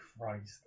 Christ